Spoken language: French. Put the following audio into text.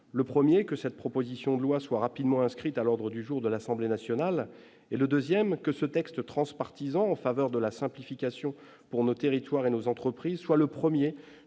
et le 1er que cette proposition de loi soit rapidement inscrite à l'ordre du jour de l'Assemblée nationale et le 2ème que ce texte transpartisan en faveur de la simplification pour nos territoires et nos entreprises, soit le 1er